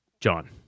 John